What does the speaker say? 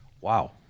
Wow